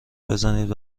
بزنید